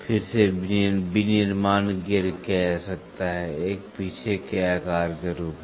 फिर से विनिर्माण गियर किया जा सकता है एक पीछे के आकार के रूप में